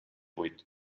huit